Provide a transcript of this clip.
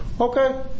Okay